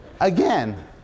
again